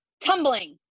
tumbling